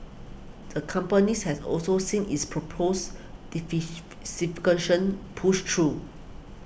the companies has also seen its proposed pushed through